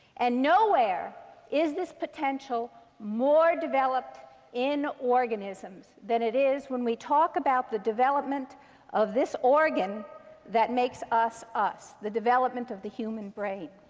and nowhere is this potential more developed in organisms than it is when we talk about the development of this organ that makes us us the development of the human brain.